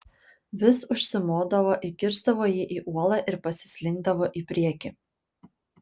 vis užsimodavo įkirsdavo jį į uolą ir pasislinkdavo į priekį